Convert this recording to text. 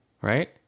Right